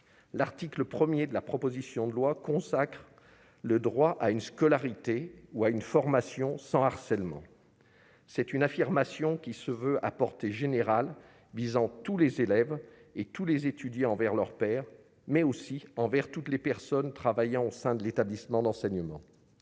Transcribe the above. L'article 1 de la proposition de loi consacre le droit à une scolarité ou à une formation sans harcèlement. C'est une affirmation qui se veut de portée générale, protégeant l'ensemble des élèves et des étudiants à l'égard de leurs pairs, mais aussi à l'égard de toutes les personnes travaillant au sein de l'établissement d'enseignement.